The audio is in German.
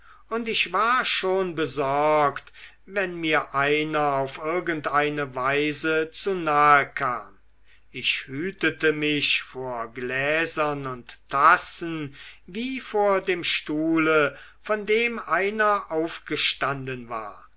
und ich war schon besorgt wenn mir einer auf irgendeine weise zu nahe kam ich hütete mich vor gläsern und tassen wie vor dem stuhle von dem einer aufgestanden war